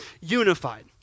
unified